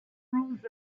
rules